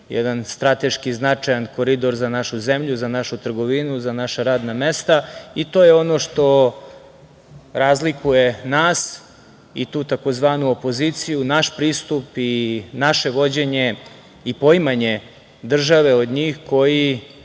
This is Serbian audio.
jedan strateški značajan koridor za našu zemlju, za našu trgovinu, za naša radna mesto. To je ono što razlikuje nas i tu tzv. opoziciju, naš pristup i naše vođenje i poimanje države od njih, koji